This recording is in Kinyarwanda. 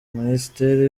minisiteri